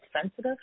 sensitive